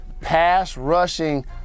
pass-rushing